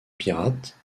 pirate